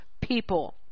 people